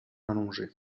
allongé